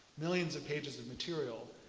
millions of pages of material.